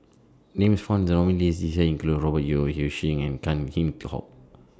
Names found in The nominees' list This Year include Robert Yeo Ng Yi Sheng and Tan Kheam Hock